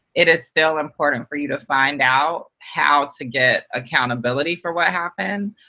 it is still important for you to find out how to get accountability for what happened,